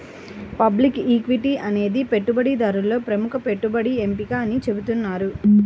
public equity అనేది పెట్టుబడిదారులలో ప్రముఖ పెట్టుబడి ఎంపిక అని చెబుతున్నారు